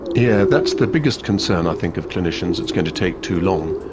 yeah that's the biggest concern i think of clinicians it's going to take too long.